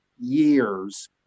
years